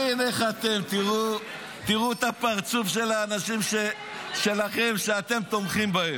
תראו את הפרצוף של האנשים שלכם, שאתם תומכים בהם.